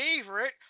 favorite